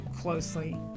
closely